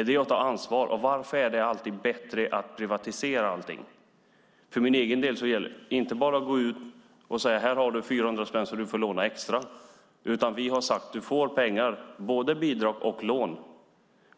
Är det att ta ansvar? Och varför är det alltid bättre att privatisera allting? För mig och oss gäller det att man inte bara går ut till en student och säger: Här har du 400 spänn extra som du får låna. Vi har i stället sagt: Du får pengar, både bidrag och lån.